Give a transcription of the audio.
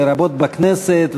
לרבות בכנסת,